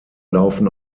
laufen